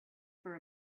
for